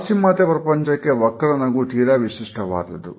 ಪಾಶ್ಚಿಮಾತ್ಯ ಪ್ರಪಂಚಕ್ಕೆ ವಕ್ರ ನಗು ತೀರ ವಿಶಿಷ್ಟವಾದದ್ದು